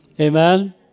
Amen